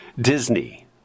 Disney